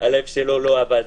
הלב שלו לא עבד.